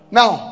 now